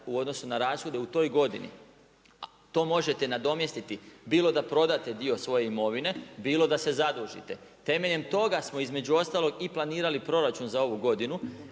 u odnosu na rashode u toj godini. A to možete nadomjestiti bilo da prodate dio svoje imovine, bilo da se zadužite. Temeljem toga smo između ostalog i planirali proračun za ovu godinu